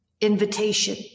invitation